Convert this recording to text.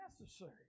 necessary